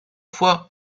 fois